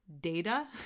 data